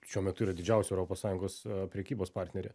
šiuo metu yra didžiausia europos sąjungos prekybos partnerė